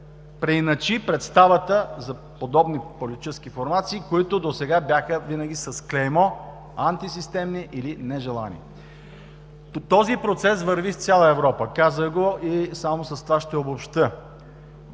преиначи представата за подобни политически формации, които досега бяха винаги с клеймо, антисистемни или нежелани. Този процес върви в цяла Европа. Казах го, и само с това ще обобщя,